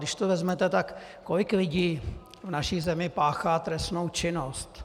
Když to vezmete, tak kolik lidí v naší zemi páchá trestnou činnost?